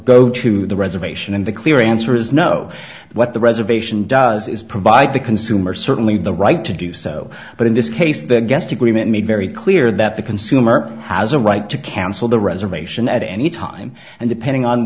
go to the reservation in the clear answer is no what the reservation does is provide the consumer certainly the right to do so but in this case the guest agreement made very clear that the consumer has a right to cancel the reservation at any time and depending on